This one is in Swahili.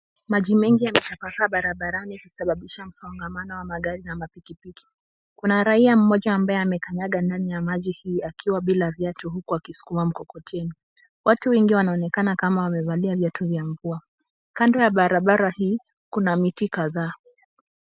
Maji mengi yametapakaa barabarani kusababisha msongamano wa magari na mapikipiki. Kuna raia mmoja ambaye amekanyaga ndani ya maji hii akiwa bila viatu huku akisukuma mkokoteni. Watu wengi wanaonekana kama wamevalia viatu vya mvua. Kando ya barabara hii kuna miti kadhaa.